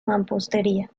mampostería